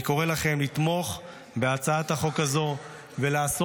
אני קורא לכם לתמוך בהצעת החוק הזו ולעשות